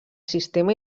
sistema